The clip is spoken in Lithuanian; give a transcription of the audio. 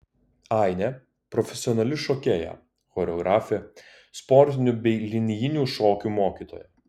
ainė profesionali šokėja choreografė sportinių bei linijinių šokių mokytoja